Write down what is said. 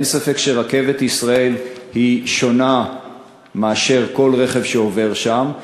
אין ספק שרכבת ישראל שונה מאשר כל רכב שעובר שם.